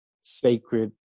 sacred